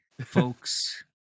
folks